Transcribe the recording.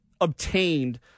obtained